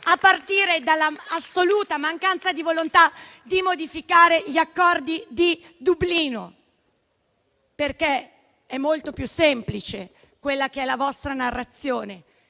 a partire dall'assoluta mancanza di volontà di modificare gli accordi di Dublino. È molto più semplice la vostra narrazione